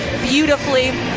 beautifully